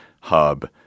hub